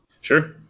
Sure